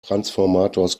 transformators